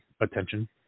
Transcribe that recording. attention